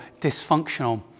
dysfunctional